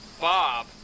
Bob